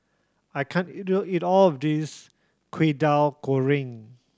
I can't eat eat all of this Kwetiau Goreng